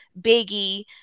Biggie